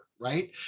right